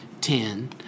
ten